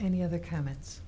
any other comments